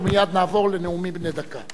ומייד נעבור לנאומים בני דקה.